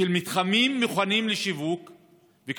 מתחמים מוכנים לשיווק ארוכה.